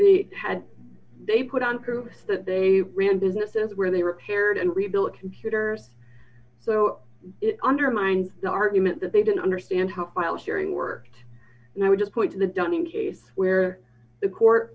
had they put on through that they ran businesses where they repaired and rebuilt computers so it undermined the argument that they didn't understand how file sharing worked and i would just point to the dunning case where the court